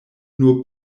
nur